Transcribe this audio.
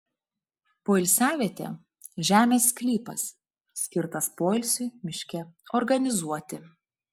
poilsiavietė žemės sklypas skirtas poilsiui miške organizuoti